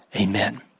amen